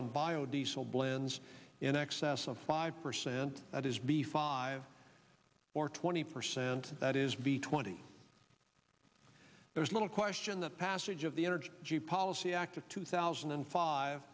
on bio diesel blends in excess of five percent that is be five or twenty percent that is be twenty there's little question that passage of the energy policy act of two thousand and five